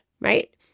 right